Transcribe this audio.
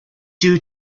due